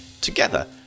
together